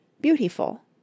beautiful